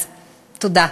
אז תודה.